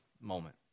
moment